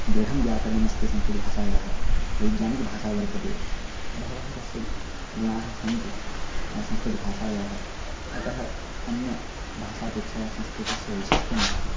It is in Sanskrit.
दृढं व्याकरणमस्ति संस्कृत भाषायाः वैज्ञानिका भाषा वर्तते बहवः तस्य गुणाः सन्ति संस्कृत भाषायाः अतः अन्य भाषापेक्षया संस्कृतस्य वैशिष्ट्यमस्ति